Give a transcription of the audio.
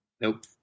Nope